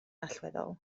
allweddol